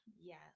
Yes